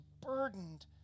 burdened